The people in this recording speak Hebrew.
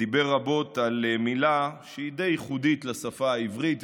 דיבר רבות על מילה שהיא די ייחודית לשפה העברית,